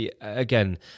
again